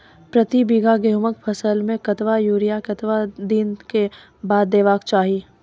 प्रति बीघा गेहूँमक फसल मे कतबा यूरिया कतवा दिनऽक बाद देवाक चाही?